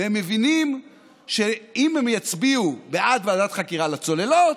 והם מבינים שאם הם יצביעו בעד ועדת חקירה לצוללות,